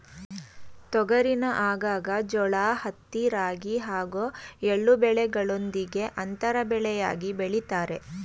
ತೊಗರಿನ ಆಗಾಗ ಜೋಳ ಹತ್ತಿ ರಾಗಿ ಹಾಗೂ ಎಳ್ಳು ಬೆಳೆಗಳೊಂದಿಗೆ ಅಂತರ ಬೆಳೆಯಾಗಿ ಬೆಳಿತಾರೆ